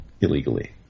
illegally